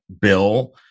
bill